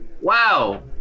Wow